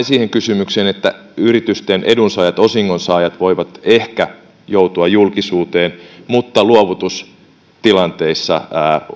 siihen kysymykseen että yritysten edunsaajat osingonsaajat voivat ehkä joutua julkisuuteen mutta luovutustilanteissa